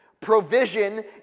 provision